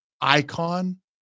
Icon